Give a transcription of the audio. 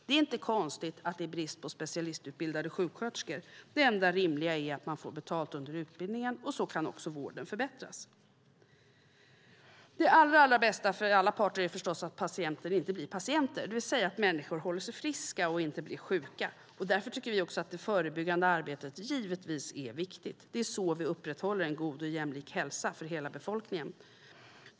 Det är inte konstigt att det är brist på specialistutbildade sjuksköterskor. Det enda rimliga är att man får betalt under utbildningen, och så kan också vården förbättras. Det allra bästa för alla parter är förstås att patienter inte blir patienter, det vill säga att människor håller sig friska och inte blir sjuka. Därför tycker vi att det förebyggande arbetet givetvis är viktigt. Det är så vi upprätthåller en god och jämlik hälsa för hela befolkningen.